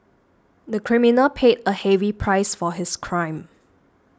the criminal paid a heavy price for his crime